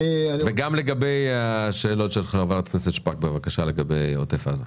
וגם על השאלות של חברת הכנסת שפק בבקשה לגבי עוטף עזה.